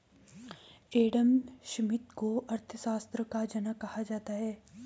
Adam Smith को अर्थशास्त्र का जनक कहा जाता है